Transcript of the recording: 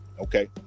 okay